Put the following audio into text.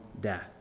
death